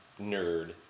nerd